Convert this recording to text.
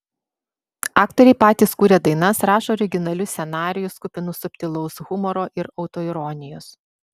aktoriai patys kuria dainas rašo originalius scenarijus kupinus subtilaus humoro ir autoironijos